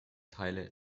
teile